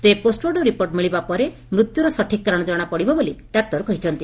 ତେବେ postmortem report ମିଳିବା ପରେ ମୃତ୍ୟୁର ସଠିକ୍ କାରଶ ଜଶାପଡିବ ବୋଲି ଡାକ୍ତର କହିଛନ୍ତି